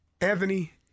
Anthony